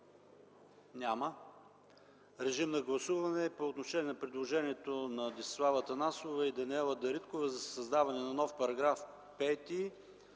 Няма.